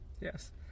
yes